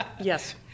yes